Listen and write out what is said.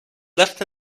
left